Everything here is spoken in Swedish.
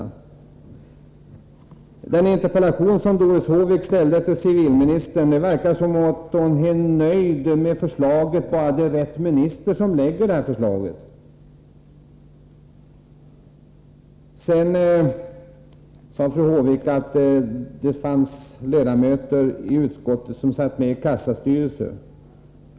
Vad beträffar den interpellation som Doris Håvik ställde till civilministern vill jag säga att det verkar som om hon är nöjd med förslaget bara det är rätt minister som lägger fram det. Fru Håvik sade också att det finns ledamöter i utskottet som sitter med i kassastyrelser.